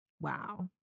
Wow